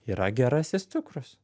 yra gerasis cukrus